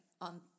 on